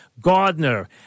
Gardner